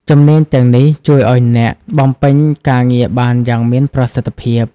ជំនាញទាំងនេះជួយឱ្យអ្នកបំពេញការងារបានយ៉ាងមានប្រសិទ្ធភាព។